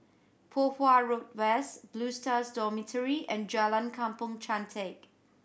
Poh Huat Road West Blue Stars Dormitory and Jalan Kampong Chantek